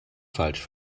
falsch